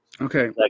Okay